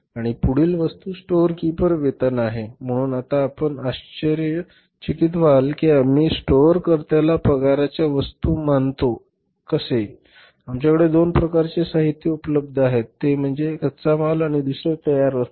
आणि पुढील वस्तू स्टोअर कीपर वेतन आहे म्हणून आता आपण आश्चर्यचकित व्हाल की आम्ही स्टोअरकर्त्याला पगाराच्या वस्तू मानतो कसे आमच्याकडे दोन प्रकारचे साहित्य उपलब्ध आहे ते पहा एक म्हणजे कच्चा माल आणि दुसरे तयार वस्तू